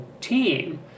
team